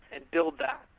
and build that.